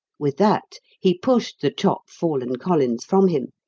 with that he pushed the chop-fallen collins from him,